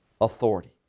authority